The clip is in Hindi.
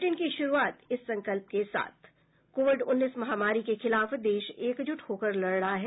बुलेटिन की शुरूआत इस संकल्प के साथ कोविड उन्नीस महामारी के खिलाफ देश एकजुट होकर लड़ रहा है